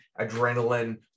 adrenaline